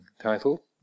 title